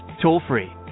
toll-free